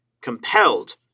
compelled